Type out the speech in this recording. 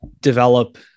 develop